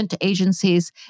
Agencies